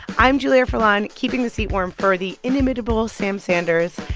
i'm julia furlan, keeping the seat warm for the inimitable sam sanders.